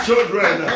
Children